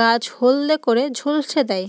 গাছ হলদে করে ঝলসে দেয়?